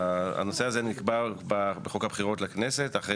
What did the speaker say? הנושא הזה נקבע בחוק הבחירות לכנסת אחרי